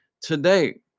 today